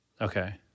Okay